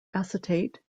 acetate